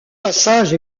passage